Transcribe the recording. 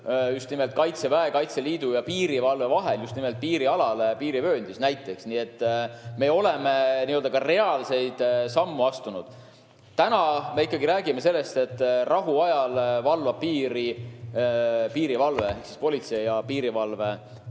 koostöö Kaitseväe, Kaitseliidu ja piirivalve vahel just nimelt piirialal, piirivööndis. Nii et me oleme nii‑öelda reaalseid samme astunud. Täna me ikkagi räägime sellest, et rahuajal valvab piiri piirivalve ehk Politsei‑ ja Piirivalveamet.